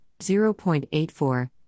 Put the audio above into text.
0.84